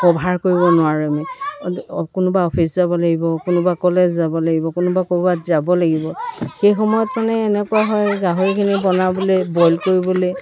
cover কৰিব নোৱাৰে কোনোবা অফিচ যাব লাগিব কোনোবা কলেজ যাব লাগিব কোনোবা ক'ৰবাত যাব লাগিব সেই সময়ত মানে এনেকুৱা হয় গাহৰিখিনি বনাবলৈ বইল কৰিবলৈ